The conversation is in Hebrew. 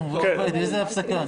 איזו הפסקה?